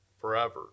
forever